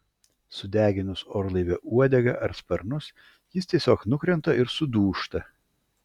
sudeginus orlaivio uodegą ar sparnus jis tiesiog nukrenta ir sudūžta